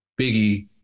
Biggie